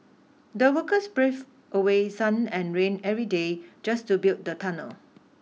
the workers braved away sun and rain every day just to build the tunnel